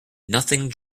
nothing